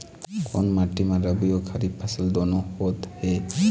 कोन माटी म रबी अऊ खरीफ फसल दूनों होत हे?